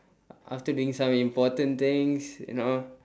after doing some important things you know